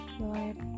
Lord